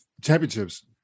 championships